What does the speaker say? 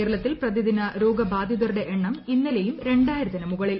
കേരളത്തിൽ പ്രതിദിന രോഗ ബാധിതരുടെ എണ്ണം ഇന്നലെയും രണ്ടായിരത്തിനു മുകളിൽ